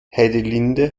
heidelinde